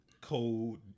Cold